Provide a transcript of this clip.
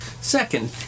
Second